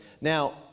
Now